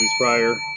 prior